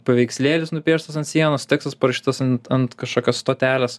paveikslėlis nupieštas ant sienos tekstas parašytas ant ant kažkokios stotelės